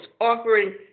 offering